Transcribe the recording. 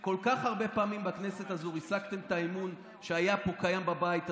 כל כך הרבה פעמים בכנסת הזו ריסקתם את האמון שהיה קיים בבית הזה,